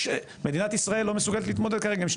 מדינת ישראל לא מסוגלת להתמודד כרגע עם 2